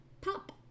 pop